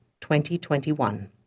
2021